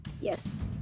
Yes